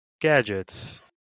gadgets